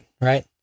Right